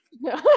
No